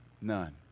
none